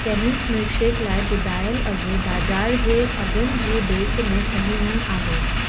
Kevin's milkshake लाइ ॿुधाइल अघु बाज़ार जे अघनि जी भेट में सही न आहे